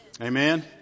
Amen